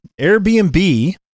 airbnb